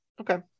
okay